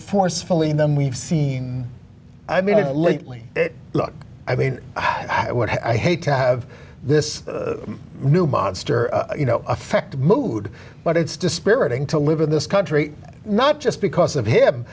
forcefully and then we've seen i mean lately i mean i hate to have this new monster you know affect mood but it's dispiriting to live in this country not just because of him